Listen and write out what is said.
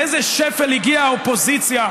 לאיזה שפל הגיעה האופוזיציה,